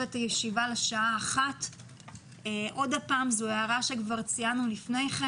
אותה לשעה 13:00. זו הערה שכבר ציינו לפני כן.